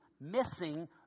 missing